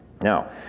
Now